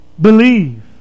believe